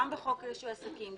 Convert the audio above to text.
גם בחוק רישוי עסקים,